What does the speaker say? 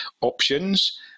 options